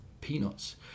Peanuts